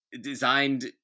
designed